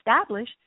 established